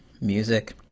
music